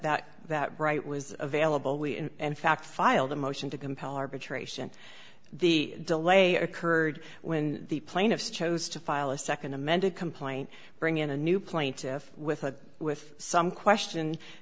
that that right was available we and fact filed a motion to compel arbitration the delay occurred when the plaintiffs chose to file a nd amended complaint bring in a new plaintiff with a with some question